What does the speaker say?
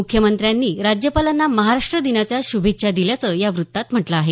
मुख्यमंत्र्यांनी राज्यपालांना महाराष्ट्र दिनाच्या श्भेच्छा दिल्याचं या वृत्तात म्हटलं आहे